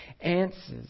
answers